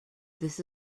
this